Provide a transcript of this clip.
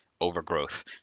overgrowth